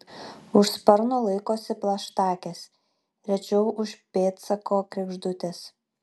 už sparno laikosi plaštakės rečiau už pėdsako kregždutės